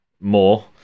more